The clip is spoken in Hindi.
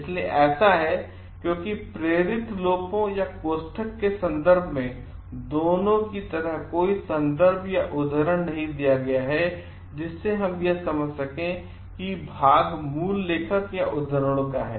इसलिए ऐसा है क्योंकि प्रेरित लोपों या कोष्ठक के संदर्भ में दोनों की तरह कोई सन्दर्भ या उद्धरण नहीं दिया गया है जिसे हम समझ सकें हैं कि यह भाग मूल लेखक या उद्धरणों का है